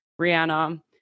Rihanna